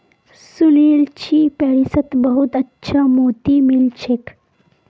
सुनील छि पेरिसत बहुत अच्छा मोति मिल छेक